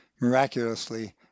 miraculously